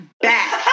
back